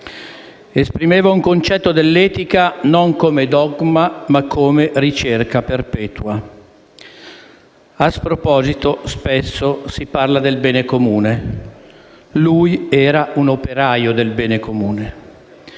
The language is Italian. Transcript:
Esprimeva un concetto dell'etica non come dogma, ma come ricerca perpetua. A sproposito spesso si parla del bene comune. Lui era un operaio del bene comune.